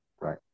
Right